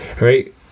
right